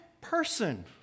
person